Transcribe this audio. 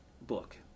book